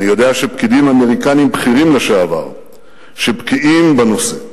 אני יודע שפקידים אמריקנים בכירים לשעבר שבקיאים בנושא,